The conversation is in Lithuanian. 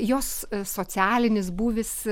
jos socialinis būvis